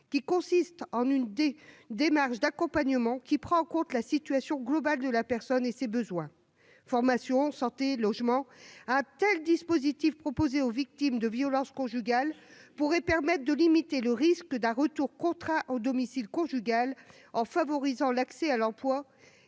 et consistera en une démarche d'accompagnement prenant en compte la situation globale de la personne et ses besoins : formation, santé, logement. Un tel dispositif proposé aux victimes de violences conjugales permettrait de limiter le risque d'un retour contraint au domicile conjugal, en favorisant l'accès à l'emploi